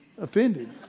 offended